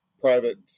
private